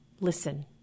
listen